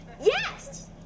Yes